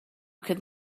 could